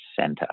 center